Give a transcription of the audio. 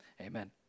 Amen